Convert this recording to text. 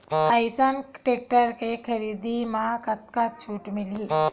Eicher tractor के खरीदी म कतका छूट मिलही?